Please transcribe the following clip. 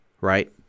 right